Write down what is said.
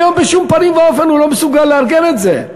היום בשום פנים ואופן הוא לא מסוגל לארגן את זה,